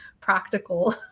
practical